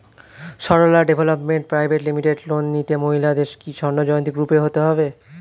Sarala development private limited loan নিতে মহিলাদের কি স্বর্ণ জয়ন্তী গ্রুপে হতে হবে?